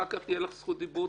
אחר כך תהיה לך זכות דיבור,